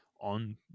on